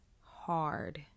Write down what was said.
hard